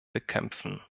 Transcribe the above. bekämpfen